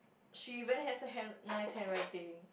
she very has a hand nice handwriting